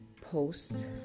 post